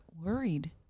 worried